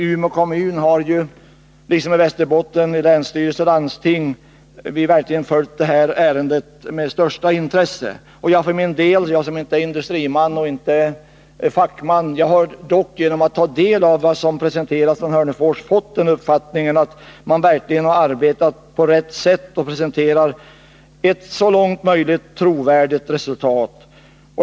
Umeå kommun liksom länsstyrelse och landsting i Västerbotten har verkligen också följt ärendet med största intresse. Jag är inte industriman eller fackman, men jag har genom att ta del av vad som presenterats från Hörnefors fått den uppfattningen, att man verkligen har arbetat på rätt sätt och att det man presenterar är ett förslag som så långt det är möjligt är realistiskt.